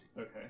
Okay